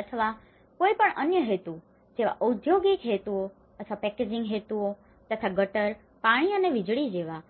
અથવા કોઈપણ અન્ય હેતુઓ જેવા ઓદ્યોગિક હેતુઓ અથવા પેકેજિંગ હેતુઓ તથા ગટર પાણી અને વીજળી જેવા